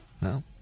no